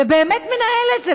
ובאמת מנהל את זה,